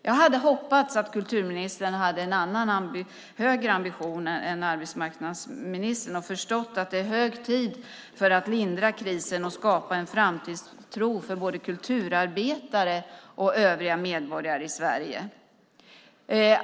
Jag hade hoppats att kulturministern hade en högre ambition än arbetsmarknadsministern och att hon förstått att det är hög tid att lindra krisen och skapa en framtidstro för både kulturarbetare och övriga medborgare i Sverige.